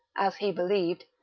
as he believed,